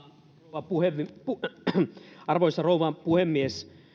arvoisa rouva puhemies